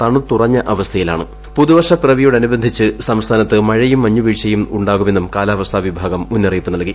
തണുത്തുറഞ്ഞ പുതുവർഷ പ്പിറവിയോടനുബന്ധിച്ച് സംസ്ഥാനത്ത് മഴയും മഞ്ഞുവീഴ്ചയും ഉണ്ടാകുമെന്നും കാലാവസ്ഥാ വിഭാഗം മുന്നറിയിപ്പ് നൽകി